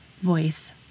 voice